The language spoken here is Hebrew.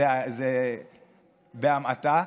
בהמעטה: